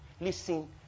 listen